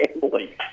family